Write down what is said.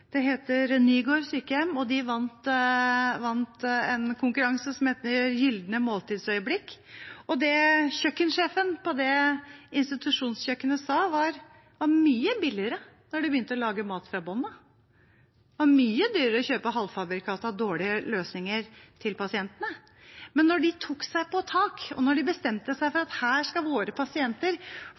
vant en konkurranse som heter Gylne Måltidsøyeblikk. Det kjøkkensjefen på det institusjonskjøkkenet sa, var at det ble mye billigere da de begynte å lage mat fra bunnen av, og at det var mye dyrere å kjøpe halvfabrikata og dårlige løsninger til pasientene. Men de tok tak og bestemte seg for at der skulle deres pasienter